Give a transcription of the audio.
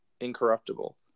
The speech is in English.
incorruptible